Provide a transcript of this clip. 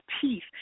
peace